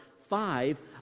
five